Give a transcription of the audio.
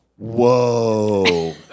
whoa